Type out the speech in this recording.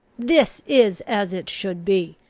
this is as it should be.